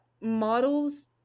models